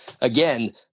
again